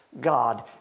God